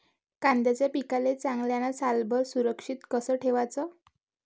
कांद्याच्या पिकाले चांगल्यानं सालभर सुरक्षित कस ठेवाचं?